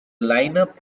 lineup